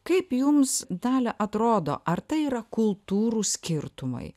kaip jums dalia atrodo ar tai yra kultūrų skirtumai